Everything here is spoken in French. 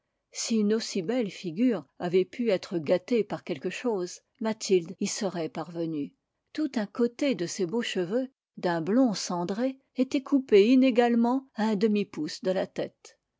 si une aussi belle figure avait pu être gâtée par quelque chose mathilde y serait parvenue tout un côté de ses beaux cheveux d'un blond cendré était coupé inégalement à un demi-pouce de la tête